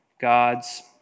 God's